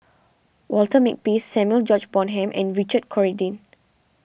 Walter Makepeace Samuel George Bonham and Richard Corridon